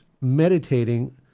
meditating